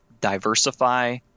diversify